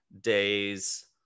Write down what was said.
days